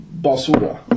Basura